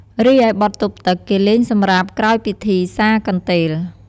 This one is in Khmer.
រីឯបទទប់ទឺក គេលេងសម្រាប់ក្រោយពិធីសាកន្ទេល។